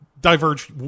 diverge